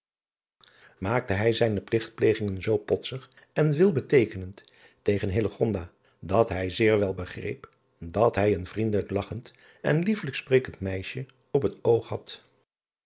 maakte hij zijne pligtpleging zoo potsig en veelbeteekenend tegen dat zij zeer wel begreep dat hij een vriendelijk lagchend en liefelijk sprekend meisje op het oog had